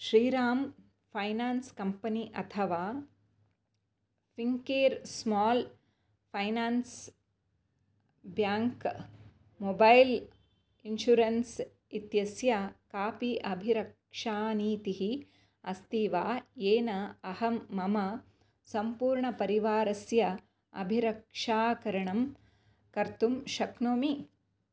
Shriram finance company अथवा Fincare small finance bank mobile insurance इत्यस्य कापि अभिरक्षानीतिः अस्ति वा येन अहं मम सम्पूर्णपरिवारस्य अभिरक्षाकरणं कर्तुं शक्नोमि